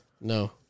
No